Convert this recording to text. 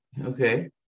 Okay